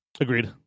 Agreed